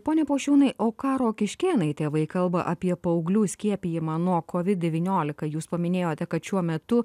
pone pošiūnai o ką rokiškėnai tėvai kalba apie paauglių skiepijimą nuo kovid devyniolika jūs paminėjote kad šiuo metu